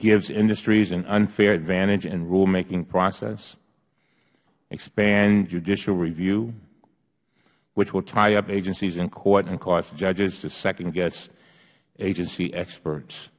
gives industries an unfair advantage in rulemaking process expands judicial review which will tie up agencies in court and cause judges to second guess agency experts